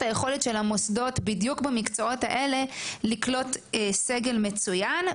היכולת של המוסדות בדיוק במקצועות האלה לקלוט סגל מצוין,